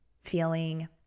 feeling